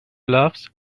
gloves